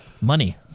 money